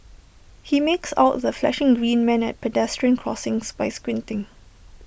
he makes out the flashing green man at pedestrian crossings by squinting